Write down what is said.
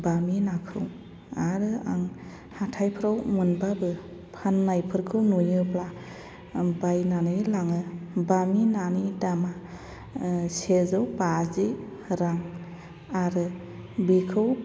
बामि नाखौ आरो आं हाथाइफ्राव मोनबाबो फाननायफोरखौ नुयोब्ला आं बायनानै लाङो बामि नानि दामा सेजौ बाजि रां आरो बेखौ